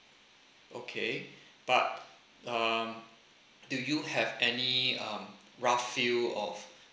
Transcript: okay but um do you have any um rough view of